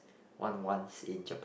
one once in Japan